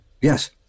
Yes